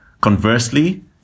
Conversely